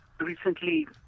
recently